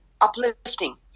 uplifting